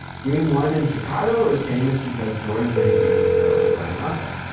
game one in chicago is famous because jordan hit a game winner over bryon russell.